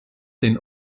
den